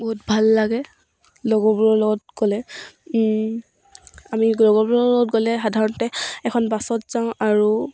বহুত ভাল লাগে লগৰবোৰৰ লগত গ'লে আমি লগৰবোৰৰ লগত গ'লে সাধাৰণতে এখন বাছত যাওঁ আৰু